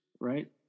right